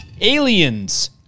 Aliens